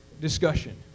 discussion